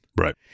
Right